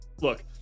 Look